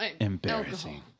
Embarrassing